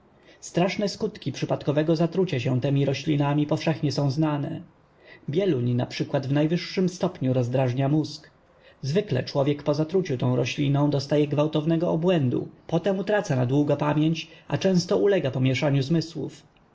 straszne skutki przypadkowego zatrucia się temi roślinami powszechnie są znane bieluń np w najwyższym stopniu rozdrażnia mózg zwykle człowiek po zatruciu tą rośliną dostaje gwałtownego obłędu potem utraca na długo pamięć a często ulega pomięszaniu zmysłów